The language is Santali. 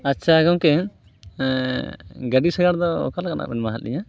ᱟᱪᱪᱷᱟ ᱜᱚᱢᱠᱮ ᱜᱟᱹᱰᱤ ᱥᱟᱜᱟᱲᱫᱚ ᱚᱠᱟ ᱞᱮᱠᱟᱱᱟᱜ ᱵᱮᱱ ᱮᱢᱟᱦᱟᱜ ᱞᱤᱧᱟᱹ